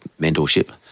mentorship